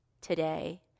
today